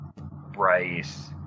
Bryce